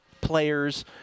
players